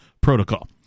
protocol